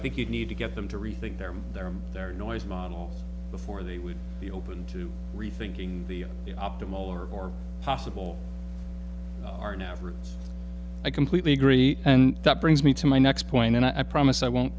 think you need to get them to rethink their their their noise model before they would be open to rethinking the optimal or possible are never i completely agree and that brings me to my next point and i promise i won't